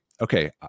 Okay